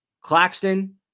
Claxton